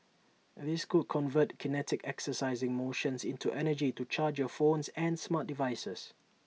these could convert kinetic exercising motions into energy to charge your phones and smart devices